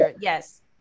Yes